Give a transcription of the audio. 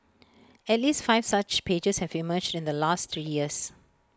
at least five such pages have emerged in the last three years